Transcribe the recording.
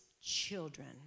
children